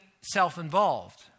self-involved